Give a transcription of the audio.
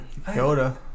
Yoda